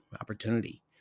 opportunity